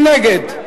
מי נגד?